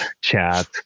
chat